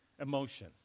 emotion